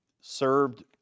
served